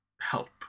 help